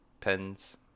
pens